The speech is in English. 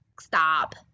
Stop